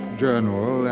journal